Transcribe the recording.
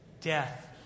Death